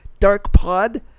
darkpod